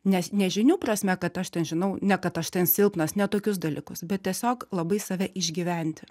nes ne žinių prasme kad aš ten žinau ne kad aš silpnas ne tokius dalykus bet tiesiog labai save išgyventi